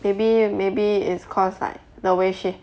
maybe maybe it's cause like the way she